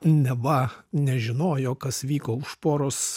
neva nežinojo kas vyko už poros